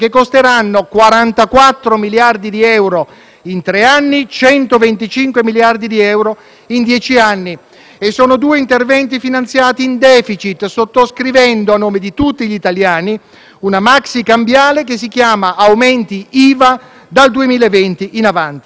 Sono due interventi finanziati in *deficit*, sottoscrivendo a nome di tutti gli italiani la maxicambiale degli aumenti IVA dal 2020 in avanti. Intendiamoci: rafforzare le misure contro la povertà era necessario in questo Paese e lo si poteva fare